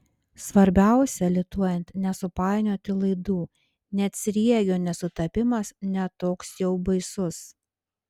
svarbiausia lituojant nesupainioti laidų net sriegio nesutapimas ne toks jau baisus